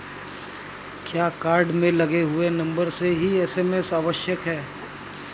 क्या कार्ड में लगे हुए नंबर से ही एस.एम.एस आवश्यक है?